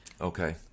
Okay